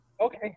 okay